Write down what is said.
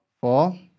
Four